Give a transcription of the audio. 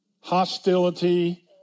hostility